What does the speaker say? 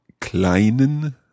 kleinen